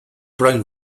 brown